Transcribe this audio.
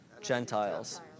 Gentiles